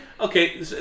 okay